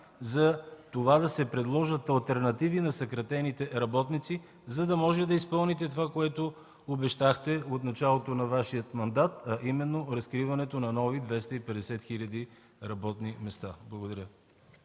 за това да се предложат алтернативи на съкратените работници, за да можете да изпълните това, което обещахте от началото на Вашия мандат, а именно разкриването на нови 250 хиляди работни места? Благодаря.